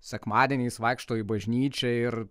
sekmadieniais vaikšto į bažnyčią ir